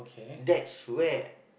that's where